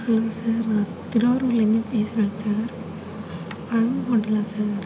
hello sir நான் திருவாரூர்லேருந்து பேசுகிறேன் சார் அணு ஹோட்டலா சார்